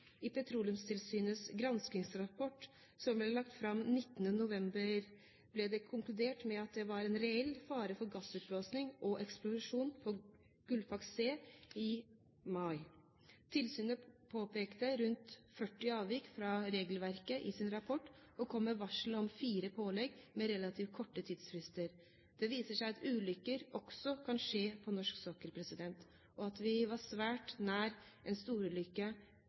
I Petroleumstilsynets granskningsrapport, som ble lagt fram 19. november, ble det konkludert med at det var en reell fare for gassutblåsing og eksplosjon på Gullfaks C i mai. Tilsynet påpekte rundt 40 avvik fra regelverket i sin rapport og kom med varsel om fire pålegg med relativt korte tidsfrister. Dette viser at ulykker også kan skje på norsk sokkel, og at vi var svært nær en